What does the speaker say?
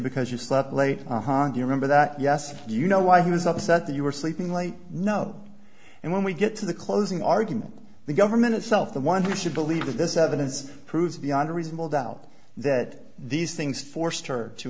because you slept late on do you remember that yes you know why he was upset that you were sleeping late no and when we get to the closing argument the government itself the one who should believe this evidence proves beyond a reasonable doubt that these things forced her to